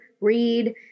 read